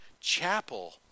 chapel